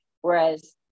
Whereas